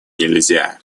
нельзя